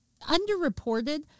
underreported